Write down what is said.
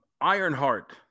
Ironheart